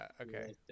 Okay